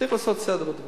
צריך לעשות סדר בדברים.